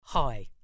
Hi